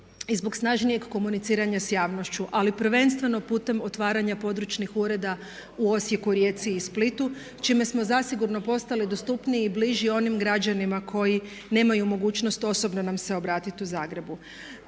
i zbog snažnijeg komuniciranja s javnošću. Ali prvenstveno putem otvaranja područnih ureda u Osijeku, Rijeci i Splitu čime smo zasigurno postali dostupniji i bliži onim građanima koji nemaju mogućnost osobno nam se obratiti u Zagrebu.